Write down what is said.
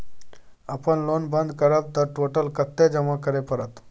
अपन लोन बंद करब त टोटल कत्ते जमा करे परत?